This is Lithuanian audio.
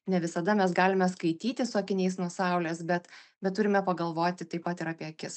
ne visada mes galime skaityti su akiniais nuo saulės bet bet turime pagalvoti taip pat ir apie akis